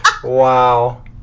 Wow